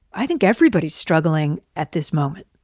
i think everybody's struggling at this moment.